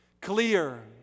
clear